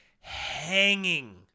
hanging